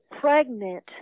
pregnant